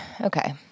Okay